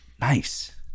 Nice